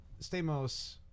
Stamos